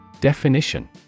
Definition